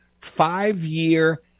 five-year